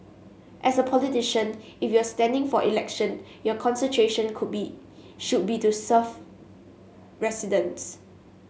as a politician if you are standing for election your concentration could be should be to serve residents